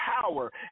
power